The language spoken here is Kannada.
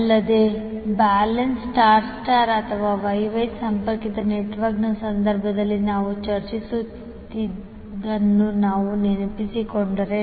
ಅಲ್ಲದೆ ಬ್ಯಾಲೆನ್ಸ್ ಸ್ಟಾರ್ ಸ್ಟಾರ್ ಅಥವಾ Y Y ಸಂಪರ್ಕಿತ ನೆಟ್ವರ್ಕ್ನ ಸಂದರ್ಭದಲ್ಲಿ ನಾವು ಚರ್ಚಿಸಿದ್ದನ್ನು ನಾವು ನೆನಪಿಸಿಕೊಂಡರೆ